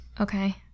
Okay